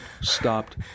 stopped